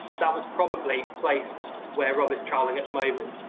that was probably placed where rob is troweling at the moment.